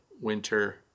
winter